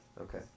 Okay